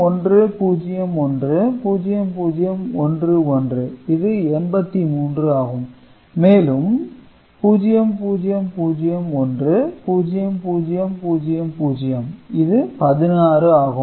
0101 0011 இது 83 ஆகும் மேலும் 0001 0000 இது 16 ஆகும்